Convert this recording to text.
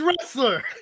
wrestler